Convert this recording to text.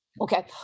Okay